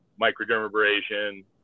microdermabrasion